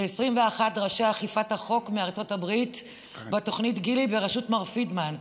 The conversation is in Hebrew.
ל-21 ראשי אכיפת החוק מארצות הברית בתוכנית גילי בראשות מר פיטמן.